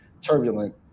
turbulent